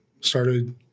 Started